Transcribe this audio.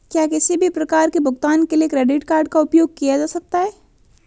क्या किसी भी प्रकार के भुगतान के लिए क्रेडिट कार्ड का उपयोग किया जा सकता है?